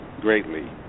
greatly